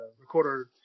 Recorder